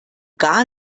gar